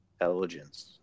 intelligence